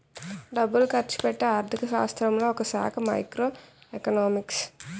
డబ్బులు ఖర్చుపెట్టే ఆర్థిక శాస్త్రంలో ఒకశాఖ మైక్రో ఎకనామిక్స్